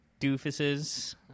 doofuses